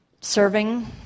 serving